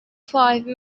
five